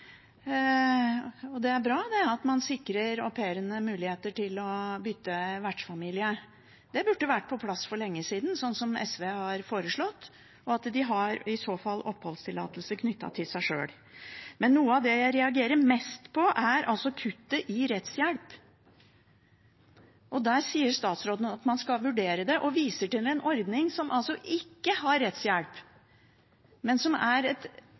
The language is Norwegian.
Det er bra at man sikrer au pairene mulighet til å bytte vertsfamilie – det burde vært på plass for lenge siden, som SV har foreslått – og at de i så fall har oppholdstillatelse knyttet til seg selv. Men noe av det jeg reagerer mest på, er kuttet i rettshjelp. Der sier statsråden at man skal vurdere det og viser til en ordning som ikke har rettshjelp, men som er en rådgivningstjeneste og et